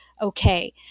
okay